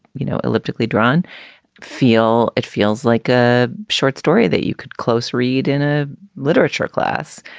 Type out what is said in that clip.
you know, elliptically drawn feel it feels like a short story that you could close read in a literature class.